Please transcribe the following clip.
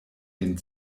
den